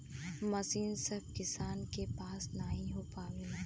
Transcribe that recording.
मसीन सभ किसान के पास नही हो पावेला